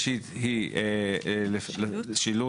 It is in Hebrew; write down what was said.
כל החובות הללו שכיום חלות רק על קמעונאי גדול